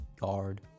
guard